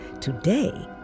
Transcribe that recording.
today